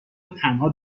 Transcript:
وتنها